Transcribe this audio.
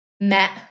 met